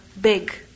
big